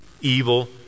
Evil